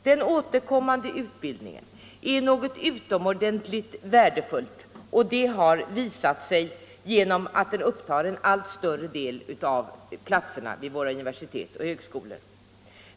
Den återkommande utbildningen är något utomordentligt värdefullt, och det har visat sig genom att den upptar en allt större del av platserna vid våra universitet och högskolor.